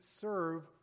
serve